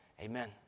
amen